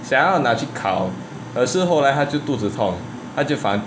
想要拿去烤可是后来他就肚子痛他就放